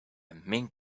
mink